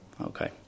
Okay